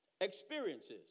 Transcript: Experiences